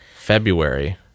February